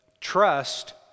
trust